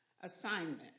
Assignment